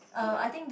ya